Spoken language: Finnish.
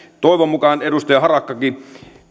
toivon mukaan edustaja harakkakin